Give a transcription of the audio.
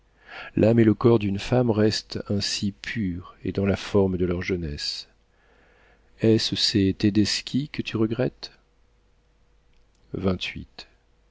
l'âme et le corps d'une femme restent ainsi purs et dans la forme de leur jeunesse est-ce ces tedeschi que tu regrettes